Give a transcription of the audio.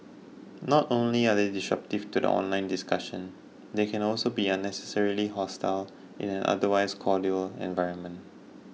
not only are they disruptive to the online discussion they can also be unnecessarily hostile in an otherwise cordial environment